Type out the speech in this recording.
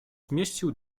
zmieścił